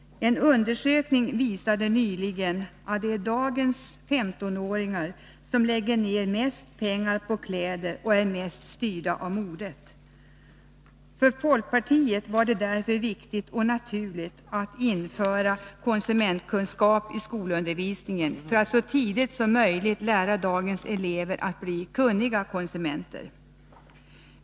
En undersökning visade nyligen att det är dagens 15-åringar som lägger ned mest pengar på kläder och är mest styrda av modet. För folkpartiet var det därför viktigt och naturligt att införa konsumentkunskap i skolundervisningen för att så tidigt som möjligt lära dagens elever att bli kunniga konsumenter."